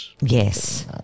Yes